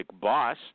boss